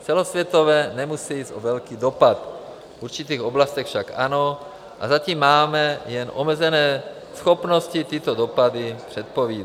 Celosvětově nemusí jít o velký dopad, v určitých oblastech však ano, a zatím máme jen omezené schopnosti tyto dopady předpovídat